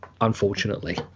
unfortunately